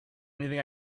anything